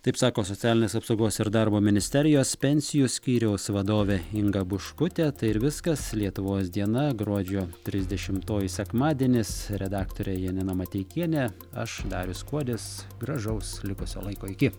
taip sako socialinės apsaugos ir darbo ministerijos pensijų skyriaus vadovė inga buškutė tai ir viskas lietuvos diena gruodžio trisdešimtoji sekmadienis redaktorė janina mateikienė aš darius kuodis gražaus likusio laiko iki